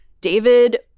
David